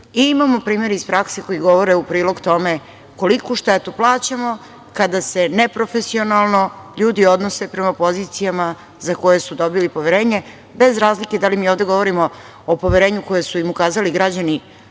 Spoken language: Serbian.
imamo primere iz prakse koji govore u prilog tome koliku štetu plaćamo kada se neprofesionalno ljudi odnose prema pozicijama za koje su dobili poverenje bez razlike da li mi ovde govorimo o poverenju koje su im ukazali građani